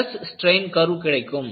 stress strain curve கிடைக்கும்